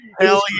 Hell